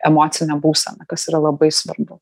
emocinę būseną kas yra labai svarbu